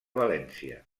valència